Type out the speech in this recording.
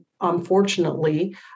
unfortunately